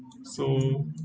so